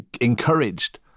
encouraged